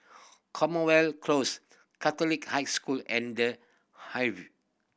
Common Well Close Catholic High School and The Hive